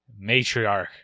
Matriarch